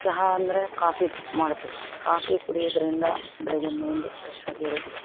ಚಹಾ ಅಂದರೆ ಕಾಫಿ ಮಾಡುತ್ತೀವಿ ಕಾಫಿ ಕುಡಿಯೋದ್ರಿಂದ ಬೆಳಗ್ಗೆ ಮೈಂಡ್ ಫ್ರೆಶ್ ಆಗಿ ಇರುತ್ತೆ